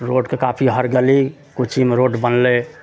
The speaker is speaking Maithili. रोड तऽ काफी हर गली कूचीमे रोड बनलय